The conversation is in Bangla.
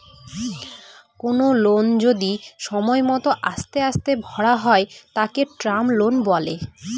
কোনো লোন যদি সময় মত আস্তে আস্তে ভরা হয় তাকে টার্ম লোন বলে